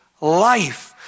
life